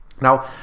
Now